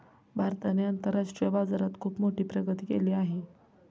भारताने आंतरराष्ट्रीय बाजारात खुप मोठी प्रगती केली आहे